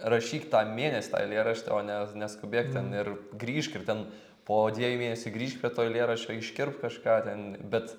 rašyk tą mėnesį tą eilėraštį o ne neskubėk ten ir grįžk ir ten po dviejų mėnesių grįšk prie to eilėraščio iškirpk kažką ten bet